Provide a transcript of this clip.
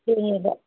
ꯊꯦꯡꯉꯦꯕ